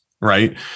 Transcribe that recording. right